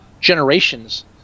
generations